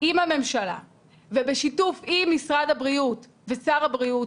עם הממשלה ובשיתוף עם משרד הבריאות ושר הבריאות,